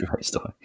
story